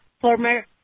former